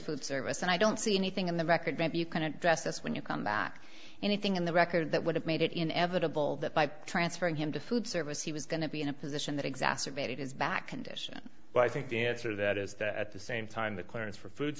food service and i don't see anything in the record that you can address when you come back anything in the record that would have made it inevitable that by transferring him to food service he was going to be in a position that exacerbated his back condition but i think the answer to that is that at the same time the clearance for food